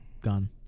gone